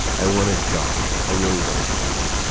i want a job, i really want a job.